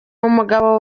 umugabo